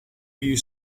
you